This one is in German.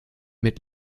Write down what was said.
mit